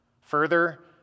Further